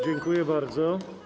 Dziękuję bardzo.